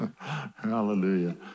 Hallelujah